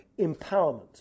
empowerment